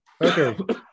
okay